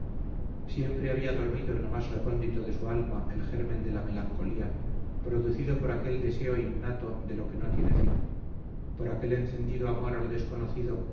siempre había dormido en lo más recóndito de su alma el germen de la melancolía producido por aquel deseo innato de lo que no tiene fin por aquel encendido amor a lo desconocido